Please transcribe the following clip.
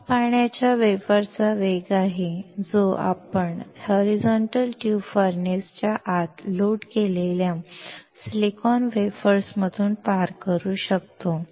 हा पाण्याच्या वाफेचा वेग आहे जो आपण होरिझोंट्ल ट्यूब फर्नेस च्या आत लोड केलेल्या सिलिकॉन वेफर्समधून पार करू शकतो